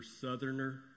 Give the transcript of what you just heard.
Southerner